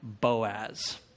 Boaz